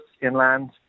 inland